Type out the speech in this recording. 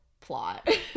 plot